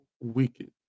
wicked